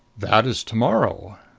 that is to-morrow.